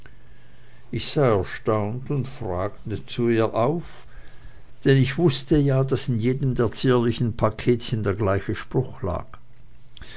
ich sah erstaunt und fragend zu ihr auf denn ich wußte ja daß in jedem der zierlichen paketchen der gleiche spruch lag